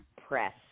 press